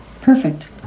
Perfect